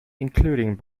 including